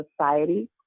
society